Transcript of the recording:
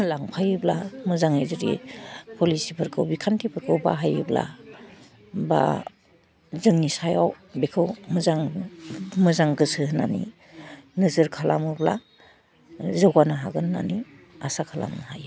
लांफायोब्ला मोजाङै जुदि पलिसिफोरखौ बिखान्थिफोरखौ बाहायोब्ला बा जोंनि सायाव बेखौ मोजां मोजां गोसो होनानै नोजोर खालामोब्ला जौगानो हागोन होन्नानै आसा खालामनो हायो